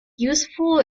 useful